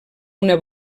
una